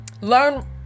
learn